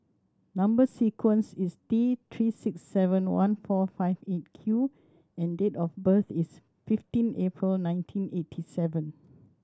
number sequence is T Three six seven one four five Eight Q and date of birth is fifteen April nineteen eighty seven